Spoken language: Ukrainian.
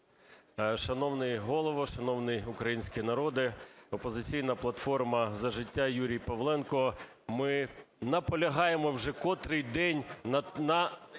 Шановний Голово! Шановний український народе! "Опозиційна платформа – За життя", Юрій Павленко. Ми наполягаємо вже котрий день на